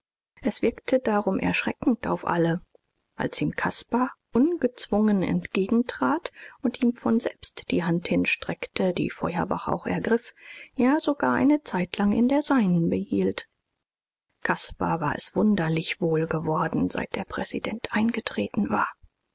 es wirkte darum erschreckend auf alle als ihm caspar ungezwungen entgegentrat und ihm von selbst die hand hinstreckte die feuerbach auch ergriff ja sogar eine zeitlang in der seinen behielt caspar war es wunderlich wohl geworden seit der präsident eingetreten war